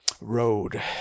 road